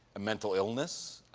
a mental illness,